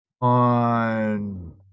on